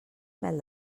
mel